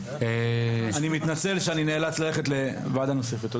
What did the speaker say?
אני מתנצל שאני נאלץ ללכת לוועדה נוספת.